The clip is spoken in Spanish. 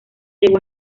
llegó